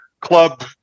club